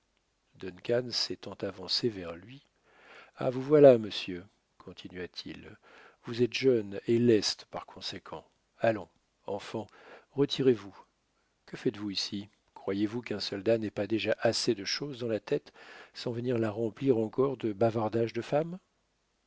s'étant avancé vers lui ah vous voilà monsieur continua-t-il vous êtes jeune et leste par conséquent allons enfants retirez-vous que faites-vous ici croyez-vous qu'un soldat n'ait pas déjà assez de choses dans la tête sans venir la remplir encore de bavardages de femmes